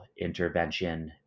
intervention